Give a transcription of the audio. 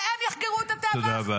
והם יחקרו את הטבח?